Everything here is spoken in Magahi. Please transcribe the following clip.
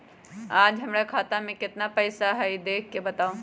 आज हमरा खाता में केतना पैसा हई देख के बताउ?